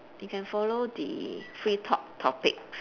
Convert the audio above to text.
you can follow the free talk topics